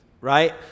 right